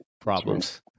problems